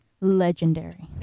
legendary